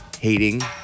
hating